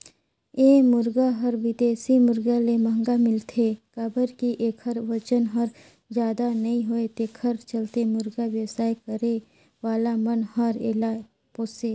ए मुरगा हर बिदेशी मुरगा ले महंगा मिलथे काबर कि एखर बजन हर जादा नई होये तेखर चलते मुरगा बेवसाय करे वाला मन हर एला पोसे